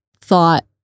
thought